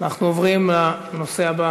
אנחנו עוברים לנושא הבא